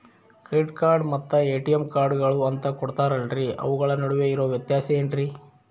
Credit card ಮತ್ತ ATM ಕಾರ್ಡುಗಳು ಅಂತಾ ಕೊಡುತ್ತಾರಲ್ರಿ ಅವುಗಳ ನಡುವೆ ಇರೋ ವ್ಯತ್ಯಾಸ ಏನ್ರಿ?